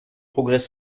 progrès